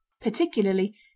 Particularly